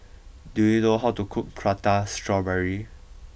do you know how to cook Prata Strawberry